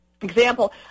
example